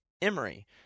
Emory